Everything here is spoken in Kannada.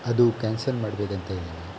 ಅದು ಕ್ಯಾನ್ಸಲ್ ಮಾಡಬೇಕಂತ ಇದ್ದೀನಿ